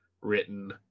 written